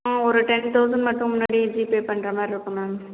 ஆ ஒரு ten thousand மட்டும் முன்னாடி ஜீபே பண்ணுற மாரிருக்கும் மேம்